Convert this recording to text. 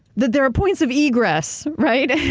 that there are points of egress, right?